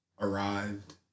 arrived